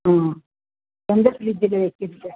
ஆ எந்த ஃப்ரிட்ஜ்ஜில் வைக்கிறது